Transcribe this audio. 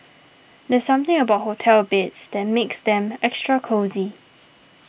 there's something about hotel beds that makes them extra cosy